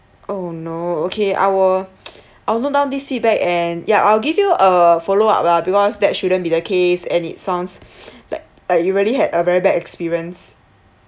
oh no okay I will I'll note down this feedback and ya I'll give you a follow up lah because that shouldn't be the case and it sounds like like you really had a very bad experience